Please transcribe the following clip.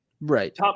Right